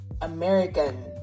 American